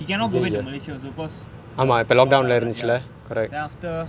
he cannot go back to malaysia also because the lock down correct then after